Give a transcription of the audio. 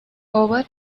over